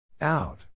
Out